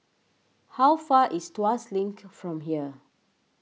how far is Tuas Link from here